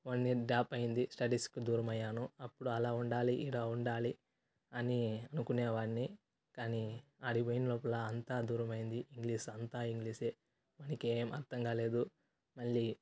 one year drop అయ్యింది స్టడీస్కు దూరం అయ్యాను అప్పుడు అలా ఉండాలి ఇలా ఉండాలి అని అనుకునేవాణ్ణి కానీ ఆడి పోయిన లోపల అంత దూరం అయింది ఇంగ్లీష్ అంతా ఇంగ్లీషే మనకేం అర్థంకాలేదు మళ్ళీ